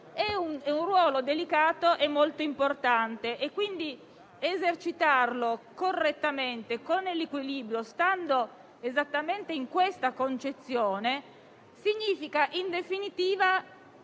è un ruolo delicato e, quindi, esercitarlo correttamente, con equilibrio, stando esattamente in questa concezione, significa in definitiva